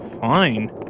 Fine